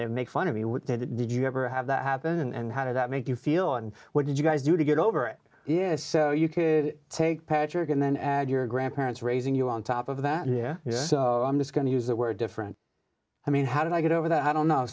did make fun of me what did that did you ever have that happen and how did that make you feel and what did you guys do to get over it yeah so you can take patrick and then add your grandparents raising you on top of that yeah so i'm just going to use the word different i mean how did i get over that i don't know